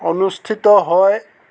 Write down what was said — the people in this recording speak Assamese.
অনুষ্ঠিত হয়